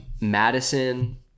Madison